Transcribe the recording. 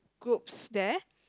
groups there